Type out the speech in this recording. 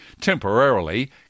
temporarily